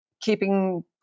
keeping